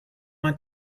want